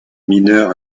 mineure